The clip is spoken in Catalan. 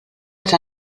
als